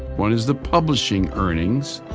one is the publishing earnings.